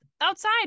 outside